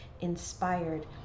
inspired